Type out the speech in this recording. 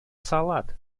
salad